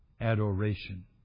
Adoration